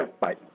Bye